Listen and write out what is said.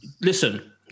Listen